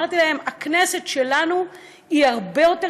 אמרתי להם: הכנסת שלנו היא הרבה יותר